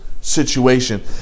situation